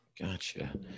Gotcha